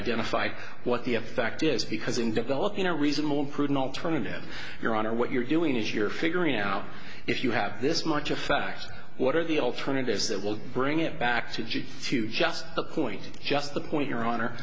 identify what the effect is because in developing a reasonable prudent alternative your honor what you're doing is you're figuring out if you have this much effect what are the alternatives that will bring it back to to just the point just the point your honor